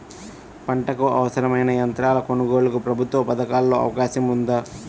పంటకు అవసరమైన యంత్రాల కొనగోలుకు ప్రభుత్వ పథకాలలో అవకాశం ఉందా?